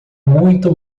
muito